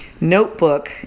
notebook